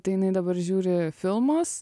tai jinai dabar žiūri filmus